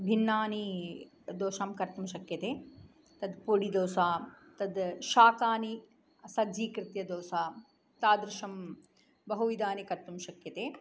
भिन्नानि दोशां कर्तुं शक्यते तद् पोडी दोसा तद् शाकानि सज्जीकृत्य दोसा तादृशं बहुविधानि कर्तुं शक्यते